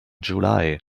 july